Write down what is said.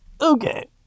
Okay